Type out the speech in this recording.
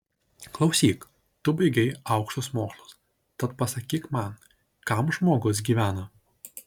klausyk tu baigei aukštus mokslus tad pasakyk man kam žmogus gyvena